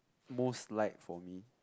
most liked for me